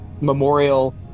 memorial